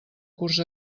curs